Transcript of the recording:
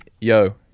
Yo